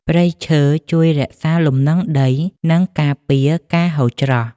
ព្រៃឈើជួយរក្សាលំនឹងដី និងការពារការហូរច្រោះ។